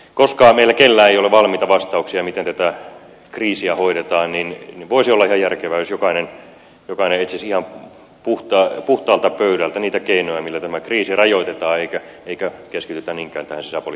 koska meillä kenelläkään ei ole valmiita vastauksia miten tätä kriisiä hoidetaan niin voisi olla ihan järkevää jos jokainen etsisi ihan puhtaalta pöydältä niitä keinoja joilla tämä kriisi rajoitetaan eikä keskitytä niinkään tähän sisäpoliittiseen miekkailuun